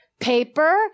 Paper